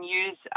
use